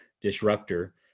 disruptor